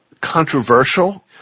controversial